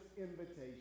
invitation